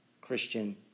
Christian